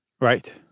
Right